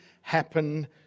happen